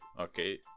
okay